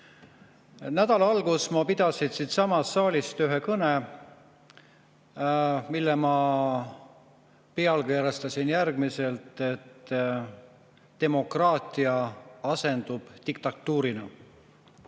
Nädala alguses ma pidasin siinsamas saalis ühe kõne, mille ma pealkirjastasin järgmiselt, et demokraatia asendub diktatuuriga.